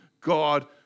God